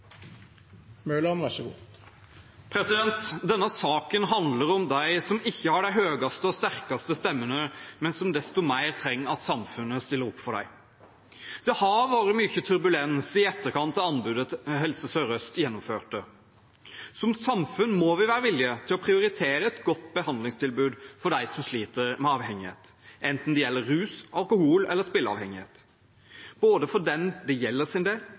Denne saken handler om dem som ikke har de høyeste og sterkeste stemmene, men som desto mer trenger at samfunnet stiller opp for dem. Det har vært mye turbulens i etterkant rundt anbudet Helse Sør-Øst gjennomførte. Som samfunn må vi være villig til å prioritere et godt behandlingstilbud for dem som sliter med avhengighet, enten det gjelder rus, alkohol eller spilleavhengighet – både for den det gjelder sin del,